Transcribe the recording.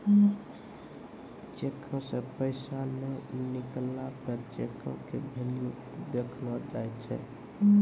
चेको से पैसा नै निकलला पे चेको के भेल्यू देखलो जाय छै